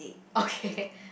okay